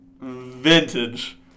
vintage